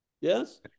Yes